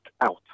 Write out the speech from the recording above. out